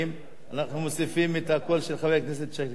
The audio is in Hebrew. אנחנו מוסיפים את הקול של חבר הכנסת שכיב שנאן.